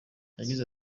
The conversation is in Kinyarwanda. yagize